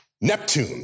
Neptune